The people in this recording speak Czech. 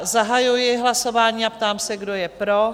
Zahajuji hlasování a ptám se, kdo je pro?